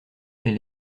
elle